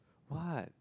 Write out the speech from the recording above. what